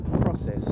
process